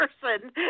person